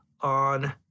on